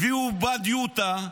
הביאו בד יוטה,